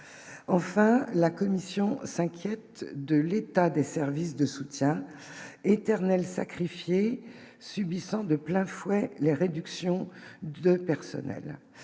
enfin, la Commission s'inquiète de l'état des services de soutien éternel sacrifié, subissant de plein fouet les réductions de personnel,